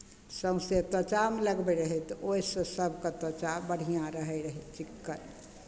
सौँसै त्वचामे लगबैत रहय तऽ ओहिसँ सभके त्वचा बढ़िआँ रहैत रहय चिक्कन